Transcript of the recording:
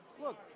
Look